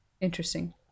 Interesting